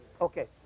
Okay